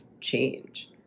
change